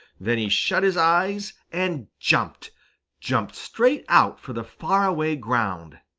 then he shut his eyes and jumped jumped straight out for the far-away ground.